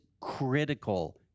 critical